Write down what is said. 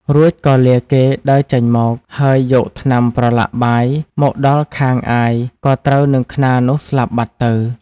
រួចក៏លាគេដើរចេញមក ហើយយកថ្នាំប្រឡាក់បាយមកដល់ខាងអាយក៏ត្រូវនឹងខ្នារនោះស្លាប់បាត់ទៅ។